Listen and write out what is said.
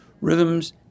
rhythms